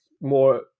more